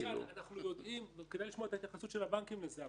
כדאי לשמוע את ההתייחסות של הבנקים לזה,